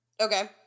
Okay